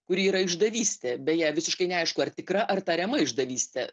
kuri yra išdavystė beje visiškai neaišku ar tikra ar tariama išdavystė